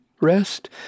rest